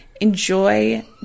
enjoy